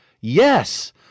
Yes